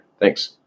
thanks